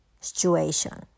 situation